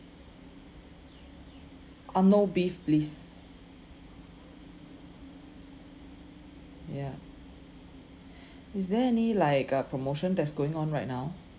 uh no beef please ya is there any like uh promotion that's going on right now